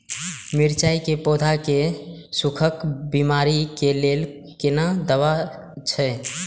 मिरचाई के पौधा के सुखक बिमारी के लेल कोन दवा अछि?